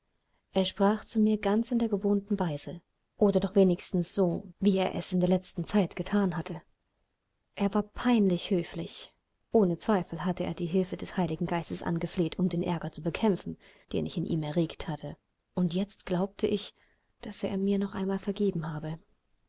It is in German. er sprach zu mir ganz in der gewohnten weise oder doch wenigstens so wie er es in der ganzen letzten zeit gethan er war peinlich höflich ohne zweifel hatte er die hilfe des heiligen geistes angefleht um den ärger zu bekämpfen den ich in ihm erregt hatte und jetzt glaubte ich daß er mir noch einmal vergeben habe